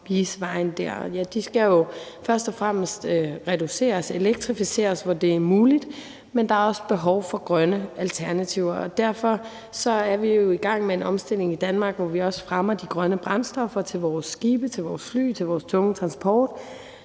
De skal jo først og fremmest reduceres, og der skal elektrificeres, hvor det er muligt, men der er også behov for grønne alternativer. Derfor er vi jo i gang med en omstilling i Danmark, hvor vi også fremmer de grønne brændstoffer til vores skibe, til vores